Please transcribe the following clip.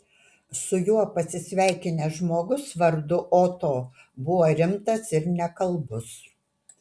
su juo pasisveikinęs žmogus vardu oto buvo rimtas ir nekalbus